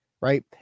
Right